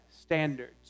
standards